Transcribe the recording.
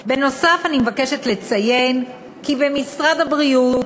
בנוסף, אני מבקשת לציין כי במשרד הבריאות